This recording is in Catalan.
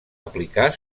aplicar